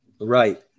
Right